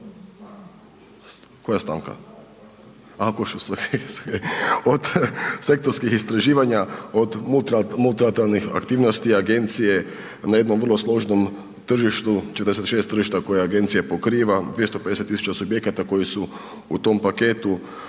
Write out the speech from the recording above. mišljenja, od sektorskih istraživanja, od multilateralnih aktivnosti agencije na jednom vrlo složnom tržištu, 46 tržišta koja agencija pokriva, 250.000 subjekata koji su u tom paketu